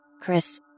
Chris